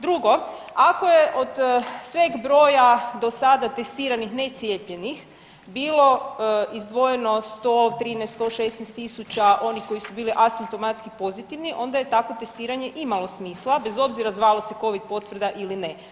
Drugo ako je od sveg broja do sada testiranih necijepljenih bilo izdvojeno 113, 116.000 onih koji su bili asimptomatski pozitivni onda je takvo testiranje imalo smisla bez obzira zvao se Covid potvrda ili ne.